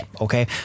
okay